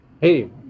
Hey